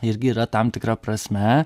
irgi yra tam tikra prasme